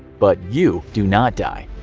but you do not die.